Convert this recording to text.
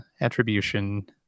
attribution